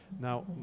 Now